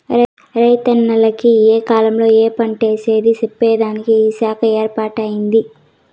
రైతన్నల కి ఏ కాలంలో ఏ పంటేసేది చెప్పేదానికి ఈ శాఖ ఏర్పాటై దాది